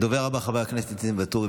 הדובר הבא, חבר הכנסת ניסים ואטורי.